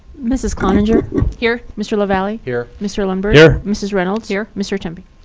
mrs. cloninger? here. mr. lavalley? here. mr. lundberg? here. mrs. reynolds? here. mr. temby?